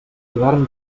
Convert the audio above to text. hivern